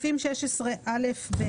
סעיף 14מד לא מסדיר את התוספת.